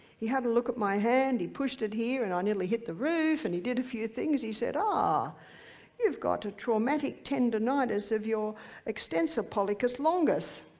he had a look at my hand, he pushed it here, and i nearly hit the roof, and he did a few things, he said, ah you've got traumatic tendinitis of your extensor pollicis longus.